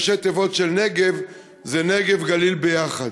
ראשי תיבות של נג"ב זה נגב גליל ביחד.